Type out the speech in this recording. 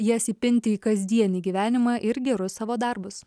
jas įpinti į kasdienį gyvenimą ir gerus savo darbus